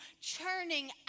churning